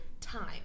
time